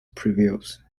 prevails